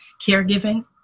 caregiving